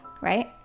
right